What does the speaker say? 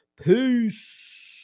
Peace